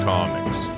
Comics